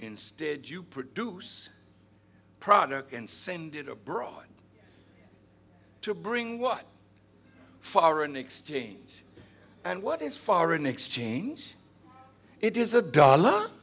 instead you produce product and send it abroad to bring what foreign exchange and what is foreign exchange it is